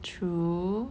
true